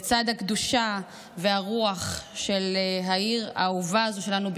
לצד הקדושה והרוח של העיר האהובה הזאת שלנו,